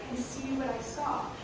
see what i saw,